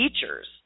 teachers